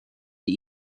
the